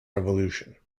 revolution